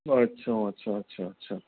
अच्छा अच्छा अच्छा अच्छा